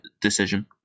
decision